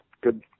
good